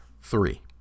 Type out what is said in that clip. Three